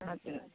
हजुर